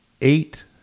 eight